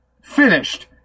finished